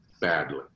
badly